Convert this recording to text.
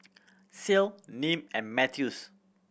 Ceil Nim and Mathews